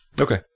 Okay